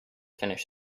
finish